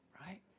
right